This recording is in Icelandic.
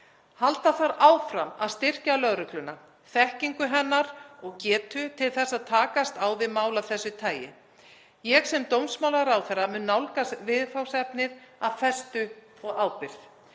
Halda þarf áfram að styrkja lögregluna, þekkingu hennar og getu til að takast á við mál af þessu tagi. Ég sem dómsmálaráðherra mun nálgast viðfangsefnið af festu og ábyrgð.